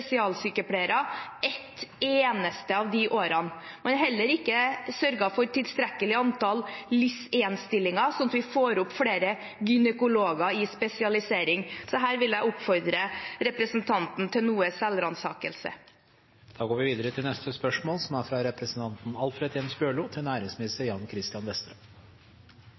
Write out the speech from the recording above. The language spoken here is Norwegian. eneste av de årene. Man har heller ikke sørget for tilstrekkelig antall LIS1-stillinger, sånn at vi får opp flere gynekologer i spesialisering. Så her vil jeg oppfordre representanten til noe selvransakelse. Mens representanten Hoksrud går til sjølvransaking, går eg på talarstolen for å stille følgjande spørsmål til næringsministeren: «Byggenæringa er